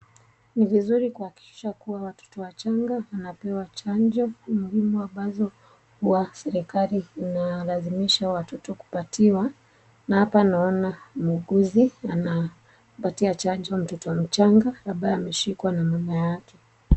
Ni vizuri kuhakikisha kuwa watoto wachanga wanaopewa chanjo muhimu ambazo serikali inalazimisha watoto kupatiwa na hapa naona muuguzi anapatia chanjo mtoto mchanga ambaye ameshikwa na mama yake.